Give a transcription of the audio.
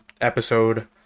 episode